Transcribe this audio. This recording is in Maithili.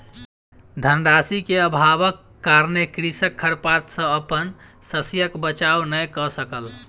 धन राशि के अभावक कारणेँ कृषक खरपात सॅ अपन शस्यक बचाव नै कय सकल